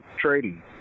trading